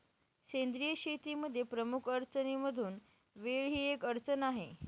सेंद्रिय शेतीमध्ये प्रमुख अडचणींमधून वेळ ही एक अडचण आहे